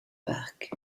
park